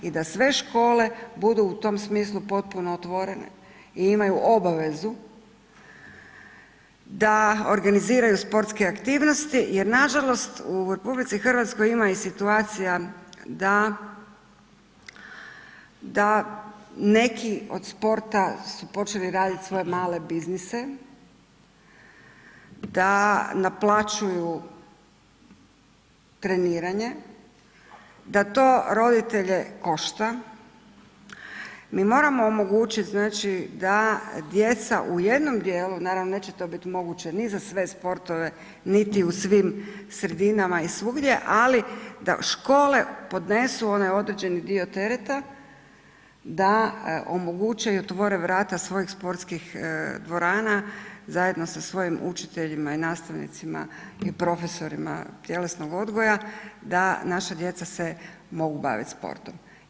I da sve škole budu u tom smislu potpuno otvorene i imaju obavezu da organiziraju sportske aktivnost jer nažalost u RH ima i situacija da neki od sporta su počeli radi svoje male biznise, da naplaćuju treniranje, da to roditelje košta, mi moramo omogućiti znači da djeca u jednom dijelu, naravno neće to biti moguće ni za sve sportove, niti u svim sredinama i svugdje, ali da škole podnesu onaj određeni dio tereta, da omoguće i otvore vrata svojih sportskih dvorana zajedno sa svojim učiteljima i nastavnicima i profesorima tjelesnog odgoja da naša djeca se mogu baviti sportom.